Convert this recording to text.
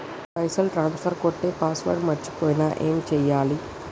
నా పైసల్ ట్రాన్స్ఫర్ కొట్టే పాస్వర్డ్ మర్చిపోయిన ఏం చేయాలి?